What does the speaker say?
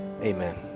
amen